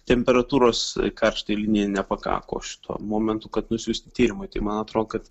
temperatūros karštajai linijai nepakako šituo momentu kad nusiųst tyrimui tai man atrodo kad